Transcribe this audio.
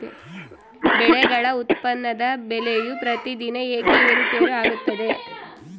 ಬೆಳೆಗಳ ಉತ್ಪನ್ನದ ಬೆಲೆಯು ಪ್ರತಿದಿನ ಏಕೆ ಏರುಪೇರು ಆಗುತ್ತದೆ?